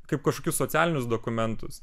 kaip kažkokius socialinius dokumentus